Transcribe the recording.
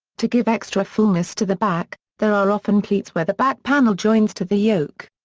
to give extra fullness to the back, there are often pleats where the back panel joins to the yoke.